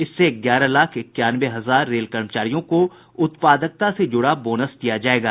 इससे ग्यारह लाख इक्यानवे हजार रेल कर्मचारियों को उत्पादकता से जूड़ा बोनस दिया जायेगा